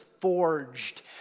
forged